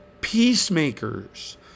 peacemakers